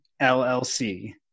LLC